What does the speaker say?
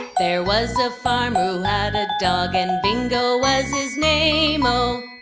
there was a farmer who had a dog and bingo was his name-o